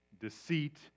deceit